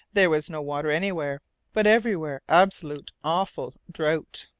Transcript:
there was no water anywhere but everywhere absolute, awful drought.